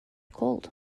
cold